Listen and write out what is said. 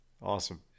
Awesome